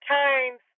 times